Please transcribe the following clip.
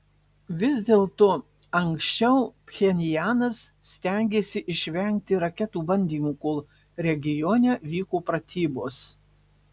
vis dėlto anksčiau pchenjanas stengėsi išvengti raketų bandymų kol regione vyko pratybos